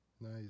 Nice